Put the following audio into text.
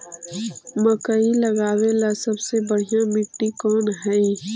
मकई लगावेला सबसे बढ़िया मिट्टी कौन हैइ?